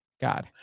God